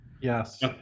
Yes